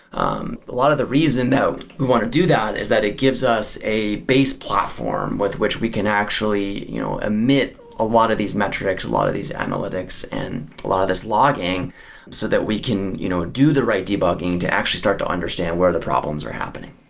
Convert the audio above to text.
um a lot of the reason that we want to do that is that it gives us a base platform with which we can actually you know emit a lot of these metrics, a lot of these analytics and a lot of these logging so that we can you know do the right debugging to actually start to understand where the problems are happening.